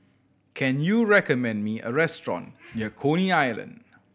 can you recommend me a restaurant near Coney Island